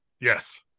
Yes